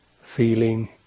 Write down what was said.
feeling